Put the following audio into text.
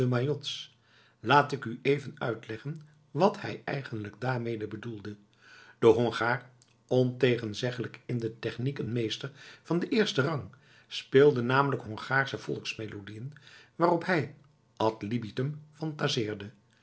laat ik u even uitleggen wat hij eigenlijk daarmede bedoelde de hongaar ontegenzeglijk in de techniek een meester van den eersten rang speelde namelijk hongaarsche volksmelodieën waarop hij ad libitum phantaseerde